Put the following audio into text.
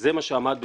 וזה מה שעמד בפניך,